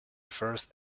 first